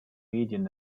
medien